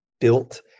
built